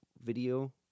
video